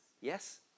Yes